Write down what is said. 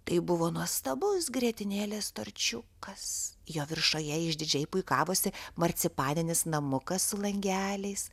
tai buvo nuostabus grietinėlės torčiukas jo viršuje išdidžiai puikavosi marcipaninis namukas su langeliais